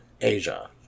Asia